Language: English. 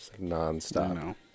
nonstop